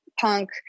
punk